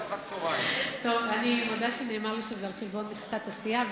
אני מודה שנאמר לי שזה על-חשבון מכסת הסיעה.